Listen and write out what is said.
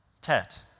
tet